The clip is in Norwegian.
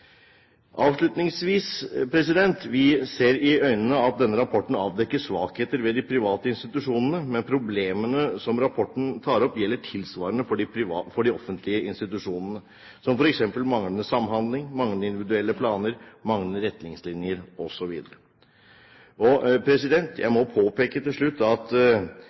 Avslutningsvis: Vi ser i øynene at denne rapporten avdekker svakheter ved de private institusjonene. Men problemene som rapporten tar opp, gjelder for de tilsvarende offentlige institusjonene, problemer som f.eks. manglende samhandling, manglende individuelle planer, manglende retningslinjer osv. Og jeg må påpeke, til slutt, at